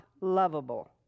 lovable